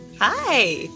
Hi